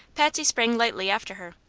patsy sprang lightly after her.